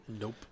Nope